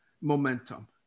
momentum